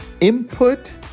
input